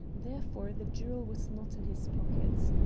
therefore the jewel was not in his pockets.